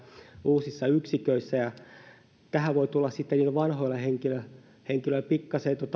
uusissa yksiköissä ja tässä voi tulla sitten niillä vanhoilla henkilöillä henkilöillä pikkasen